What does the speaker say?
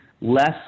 less